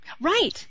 Right